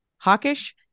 hawkish